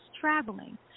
traveling